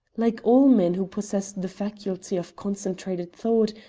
like all men who possess the faculty of concentrated thought,